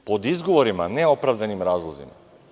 Pod izgovorima, ne opravdanim razlozima.